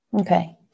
Okay